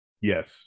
Yes